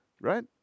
right